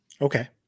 Okay